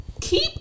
Keep